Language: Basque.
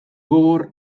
gogor